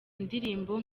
ndirimbo